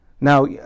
Now